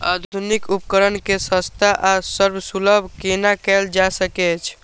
आधुनिक उपकण के सस्ता आर सर्वसुलभ केना कैयल जाए सकेछ?